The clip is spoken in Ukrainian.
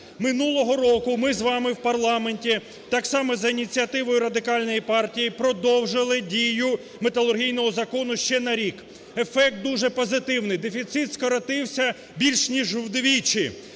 Минулого року ми з вами в парламенті так само, за ініціативою Радикальної партії, продовжили дію металургійного закону ще на рік. Ефект дуже позитивний. Дефіцит скоротився біль ніж вдвічі.